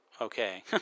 Okay